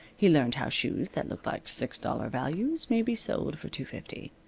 he learned how shoes that look like six dollar values may be sold for two-fifty.